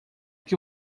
que